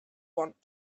want